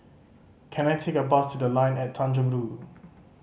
can I take a bus to The Line at Tanjong Rhu